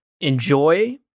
enjoy